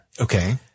Okay